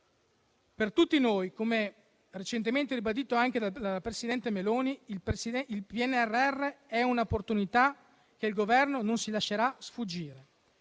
Per tutti noi, come recentemente ribadito anche dalla presidente Meloni, il PNRR è un'opportunità che il Governo non si lascerà sfuggire.